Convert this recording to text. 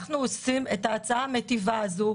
אנחנו עושים את ההצעה המיטיבה הזאת,